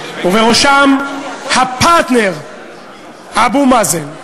ובראשם הפרטנר אבו מאזן.